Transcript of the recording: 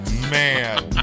man